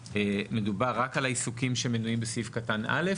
מדובר רק על העיסוקים שמנויים בסעיף קטן א',